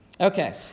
Okay